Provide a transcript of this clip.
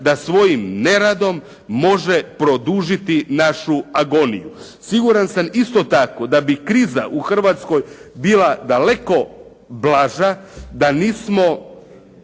da svojim neradom može produžiti našu agoniju. Siguran sam isto tako da bi kriza u Hrvatskoj bila daleko blaža da nismo